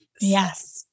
Yes